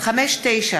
נחמן שי,